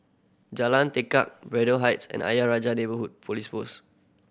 Jalan Tekad Braddell Heights and Ayer Rajah Neighbourhood Police Post